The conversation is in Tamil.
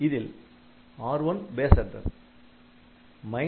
இதில் R1 பேஸ் அட்ரஸ்